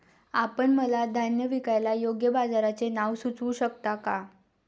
आपण मला धान्य विकायला योग्य बाजाराचे नाव सुचवू शकता का?